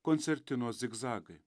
koncertinos zigzagai